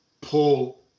pull